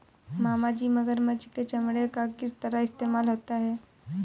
मामाजी मगरमच्छ के चमड़े का किस तरह इस्तेमाल होता है?